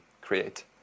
create